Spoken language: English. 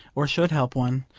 or should help one,